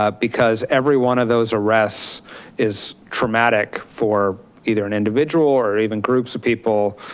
ah because every one of those arrests is traumatic for either an individual or even groups of people,